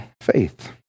faith